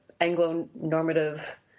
Anglo-normative